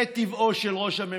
זה טבעו של ראש הממשלה.